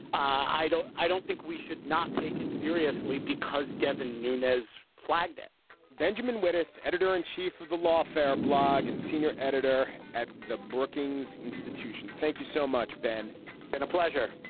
i don't i don't think we should not take it seriously because devin nunez flagged it benjamin whittis, editor in chief of the lawfare blog and senior editor at the brookings institution. thank you so much, ben been a pleasure